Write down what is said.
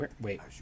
Wait